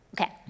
okay